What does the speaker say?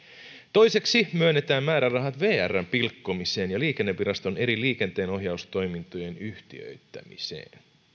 toiseksi myönnetään määrärahat vrn pilkkomiseen ja liikenneviraston eri liikenteenohjaustoimintojen yhtiöittämiseen